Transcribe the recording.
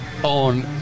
On